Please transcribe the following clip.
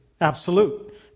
absolute